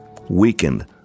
weakened